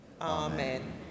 Amen